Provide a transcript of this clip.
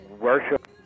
worship